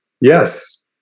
Yes